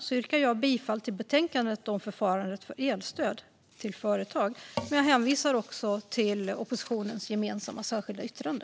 Jag yrkar bifall till förslaget i betänkandet om förfarandet för elstöd till företag. Men jag hänvisar också till oppositionens gemensamma särskilda yttrande.